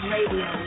Radio